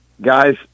Guys